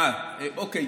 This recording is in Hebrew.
אה, אוקיי.